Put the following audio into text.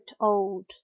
old